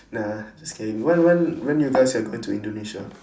nah just kidding when when when you guys are going to indonesia